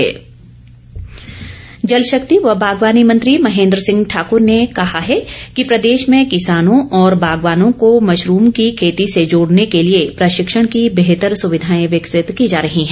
महेन्द्र सिंह जल शक्ति व बागवानी मंत्री महेन्द्र सिंह ठाकर ने कहा है कि प्रदेश में किसानो और बागवानों को मशरूम की खेती से जोड़ने के लिए प्रशिक्षण की बेहतर सुविधाएं विकसित की जा रही है